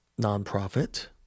nonprofit